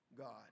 God